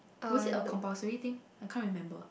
was it a compulsory thing I can't remember